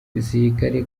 igisirikare